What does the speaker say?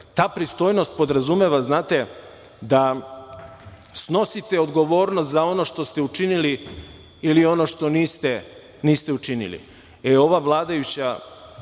ta pristojnost podrazumeva, znate, da snosite odgovornost za ono što ste učinili ili ono što niste učinili. Ova vladajuća